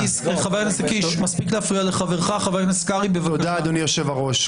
תודה אדוני יושב-הראש.